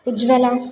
ఉజ్వల